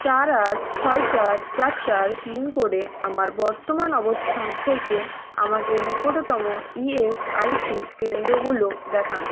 চার আট ছয় চার চার চার পিনকোডে আমার বর্তমান অবস্থান থেকে আমাকে নিকটতম ইএসআইসি কেন্দ্রগুলো দেখান